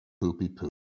poopy-poop